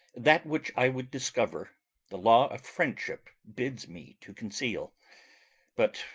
that which i would discover the law of friendship bids me to conceal but,